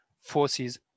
forces